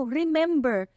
remember